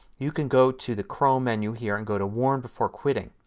you can go to the chrome menu here and go to warn before quitting.